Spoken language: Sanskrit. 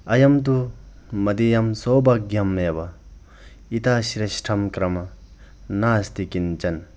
अयन्तु मदीयं सौभाग्यमेव इतः श्रेष्ठं कर्म न अस्ति किञ्चन